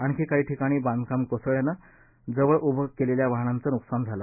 आणखी काही ठिकाणी बांधकाम कोसळल्यानं जवळ उभं केलेल्या वाहनांचं नुकसान झालं